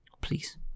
please